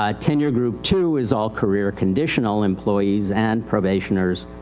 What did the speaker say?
ah tenure group two is all career conditional employees and probationers,